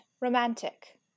romantic